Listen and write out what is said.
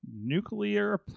Nuclear